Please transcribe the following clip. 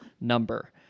number